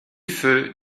feu